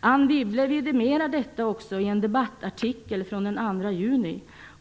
Anne Wibble vidimerar detta i en debabattartikel från den 2 juni.